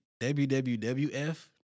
WWWF